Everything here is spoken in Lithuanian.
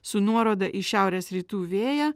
su nuoroda į šiaurės rytų vėją